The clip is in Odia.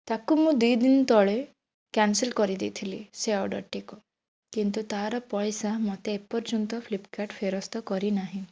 ତାକୁ ମୁଁ ଦୁଇ ଦିନ ତଳେ କ୍ୟାନସେଲ୍ କରି ଦେଇଥିଲି ସେ ଅର୍ଡ଼ର୍ଟିକୁ କିନ୍ତୁ ତା'ର ପଇସା ମୋତେ ଏପର୍ଯ୍ୟନ୍ତ ଫ୍ଲିପ୍କାର୍ଟ୍ ଫେରସ୍ତ କରିନାହିଁ